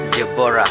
Deborah